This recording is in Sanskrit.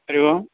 हरिः ओम्